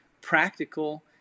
practical